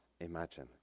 imagine